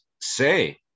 say